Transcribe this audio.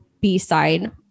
B-side